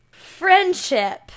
friendship